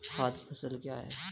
खाद्य फसल क्या है?